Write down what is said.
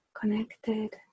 connected